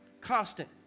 Constant